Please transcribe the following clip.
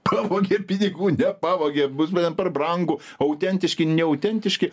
pavogė ir pinigų nepavogė bus bene per brangu autentiški neautentiški